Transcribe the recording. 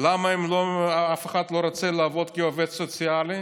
למה אף אחד לא רוצה לעבוד כעובד סוציאלי?